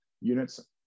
units